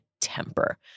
temper